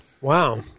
Wow